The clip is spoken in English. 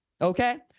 okay